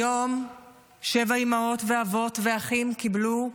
היום שבע אימהות, ואבות ואחים, קיבלו בשורה,